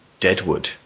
Deadwood